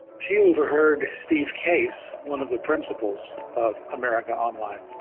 she overheard steve case, one of the principles of america online.